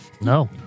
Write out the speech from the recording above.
No